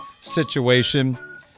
situation